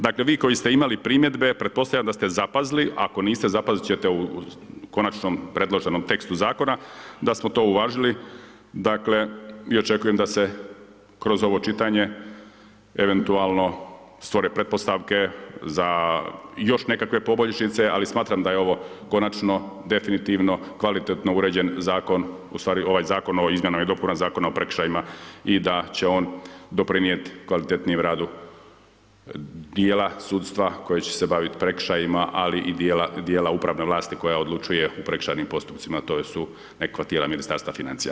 Dakle, vi koji ste imali primjedbe, pretpostavljam da ste zapazili, ako niste, zapaziti ćete u konačnom priloženom tekstu zakona, da smo to uvažili, dakle, i očekujem da se kroz ovo čitanje eventualno stvore pretpostavke za još nekakve poboljšaše, ali smatram da je ovo konačno, definitivno, kvalitetno uređen Zakon, ustvari ovaj zakon o izmjena i dopuni zakona o prekršajima i da će on doprinijeti kvalitetnijem radu dijela sudstva koji će se baviti prekršajima ali i dijela upravne vlasti koja odlučuje o prekršajnim postupcima, to su neka tijela ministarstva financija.